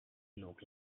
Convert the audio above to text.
look